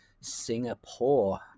Singapore